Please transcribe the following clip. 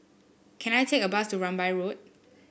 can I take a bus to Rambai Road